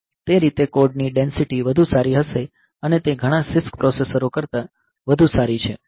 તે રીતે કોડ ની ડેંસિટી વધુ સારી હશે અને તે ઘણા CISC પ્રોસેસરો કરતાં વધુ સારી છે